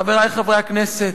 חברי חברי הכנסת,